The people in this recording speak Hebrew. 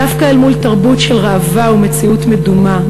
דווקא מול תרבות של ראווה ומציאות מדומה,